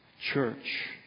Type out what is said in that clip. church